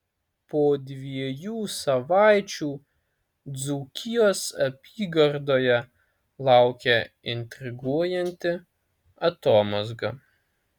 po dviejų savaičių dzūkijos apygardoje laukia intriguojanti atomazga